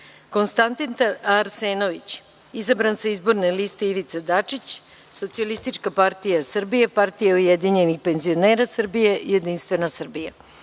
Konstantin Arsenović, izabran sa izborne liste IVICA DAČIĆ – Socijalistička partija Srbije, Partija ujedinjenih penzionera Srbije, Jedinstvena Srbija;